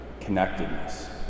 connectedness